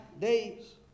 days